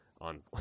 on